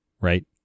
right